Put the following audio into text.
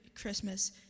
Christmas